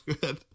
good